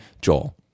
Joel